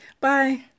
Bye